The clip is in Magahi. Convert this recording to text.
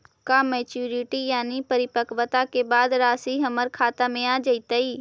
का मैच्यूरिटी यानी परिपक्वता के बाद रासि हमर खाता में आ जइतई?